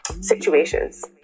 situations